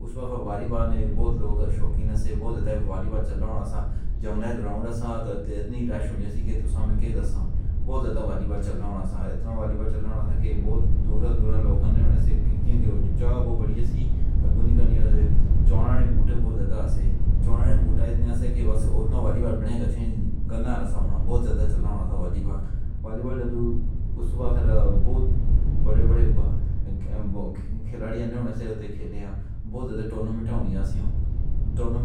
اس والی بار نے بہت لوک شوقین سے۔ بہت زیادہ والی بار چل رہا تھا۔ جنگل گراؤنڈ اتنی بھیڑ ہو گئی تاں سمجھ گئے۔ بہت زیادہ والی بار چل رہا تھا۔ اتنا والی بار چلݨ لگا کہ بہت دور دور لوٹݨ سے کیونکہ جگہ بہت وڈی سی۔ تے چوراں نے بوٹے بہت زیادہ سے چوراں نے بوٹے اِتنے ایسے کہ والی بار بنے۔ کچے گنے تے بہت زیادہ چلݨ والی بار۔ اُس بعد بہت وڈے وڈے کھلاڑی کھیڈے ہن۔ بہت زیادہ ٹورنامنٹ ہوݨ جا رہے سن۔